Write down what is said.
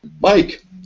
Mike